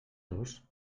dos